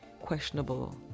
questionable